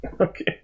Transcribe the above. Okay